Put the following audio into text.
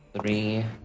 three